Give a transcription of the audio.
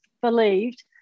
believed